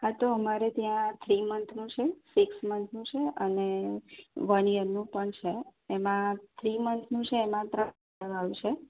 હા તો અમારે ત્યાં થ્રી મંથનું છે સિક્સ મંથનું છે અને વન યરનું પણ છે એમાં થ્રી મંથનું છે એમાં ત્રણ આવશે